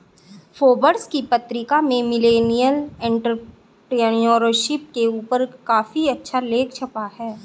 Forbes की पत्रिका में मिलेनियल एंटेरप्रेन्योरशिप के ऊपर काफी अच्छा लेख छपा है